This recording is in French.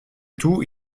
tout